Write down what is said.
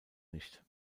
nicht